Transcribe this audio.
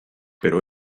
pero